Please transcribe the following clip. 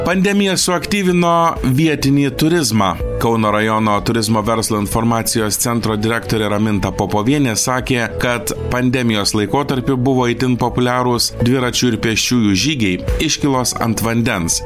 pandemija suaktyvino vietinį turizmą kauno rajono turizmo verslo informacijos centro direktorė raminta popovienė sakė kad pandemijos laikotarpiu buvo itin populiarūs dviračių ir pėsčiųjų žygiai iškylos ant vandens